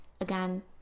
Again